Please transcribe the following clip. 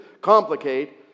Complicate